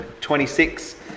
26